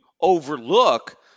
overlook